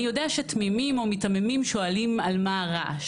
אני יודע שתמימים או מיתממים שואלים על מה הרעש,